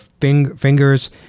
fingers